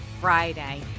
Friday